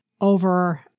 over